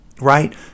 right